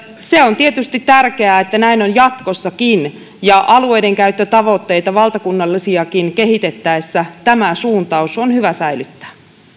se on tietysti tärkeää että näin on jatkossakin ja alueidenkäyttötavoitteita valtakunnallisiakin kehitettäessä tämä suuntaus on hyvä säilyttää